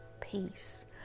peace